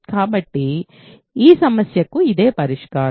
కాబట్టి ఈ సమస్యకు ఇదే పరిష్కారం